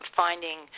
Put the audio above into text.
finding